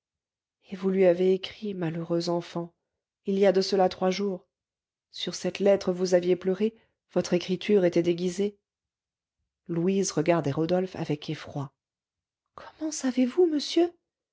et vous lui avez écrit malheureuse enfant il y a de cela trois jours sur cette lettre vous aviez pleuré votre écriture était déguisée louise regardait rodolphe avec effroi comment savez-vous monsieur